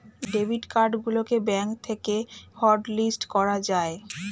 debit card গুলোকে bank থেকে hotlist করা যায়